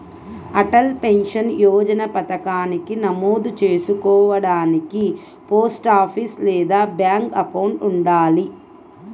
Atal pension Yojana పథకానికి నమోదు చేసుకోడానికి పోస్టాఫీస్ లేదా బ్యాంక్ అకౌంట్ ఉండాలి